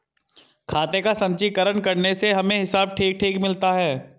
खाते का संचीकरण करने से हमें हिसाब ठीक ठीक मिलता है